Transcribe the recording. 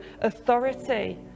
authority